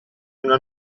una